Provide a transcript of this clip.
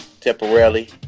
temporarily